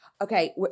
Okay